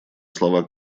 слова